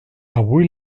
avui